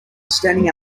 standing